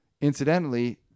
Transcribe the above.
incidentally